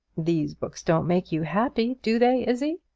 these books don't make you happy, do they, izzie?